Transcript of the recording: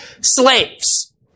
slaves